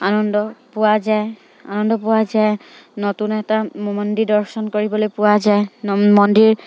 আনন্দ পোৱা যায় আনন্দ পোৱা যায় নতুন এটা মন্দিৰ দৰ্শন কৰিবলৈ পোৱা যায় মন্দিৰ